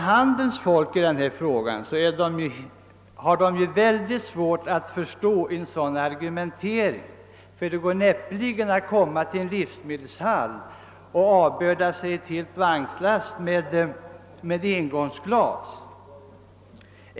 Handelns folk har svårt att förstå en sådan argumentering. Det går näppeligen att komma till en livsmedelshall och avbörda sig en vagnslast returglas.